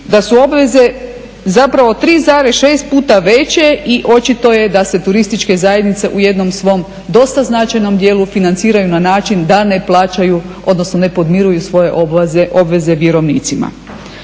da su obveze zapravo 3,6 puta veće i očito je da se turističke zajednice u jednom svom dosta značajnom dijelu financiraju na način da ne plaćaju, odnosno ne podmiruju svoje obveze vjerovnicima.